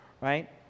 right